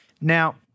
Now